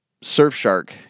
Surfshark